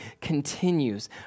continues